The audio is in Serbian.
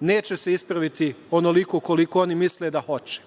neće se ispraviti onoliko koliko oni misle da hoće,